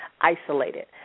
isolated